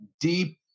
deep